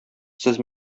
сез